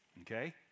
okay